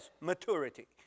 maturity